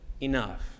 enough